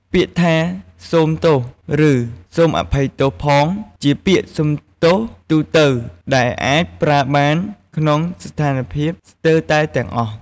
ពាក្យថា សូមទោស ឬ សូមអភ័យទោសផង ជាពាក្យសុំទោសទូទៅ ហើយអាចប្រើបានក្នុងស្ថានភាពស្ទើរតែទាំងអស់។